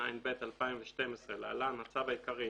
התשע"ב-2012 (להלן - הצו העיקרי),